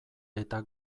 eta